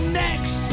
next